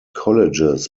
colleges